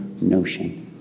notion